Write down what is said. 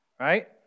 right